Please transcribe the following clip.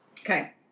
Okay